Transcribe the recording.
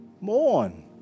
Mourn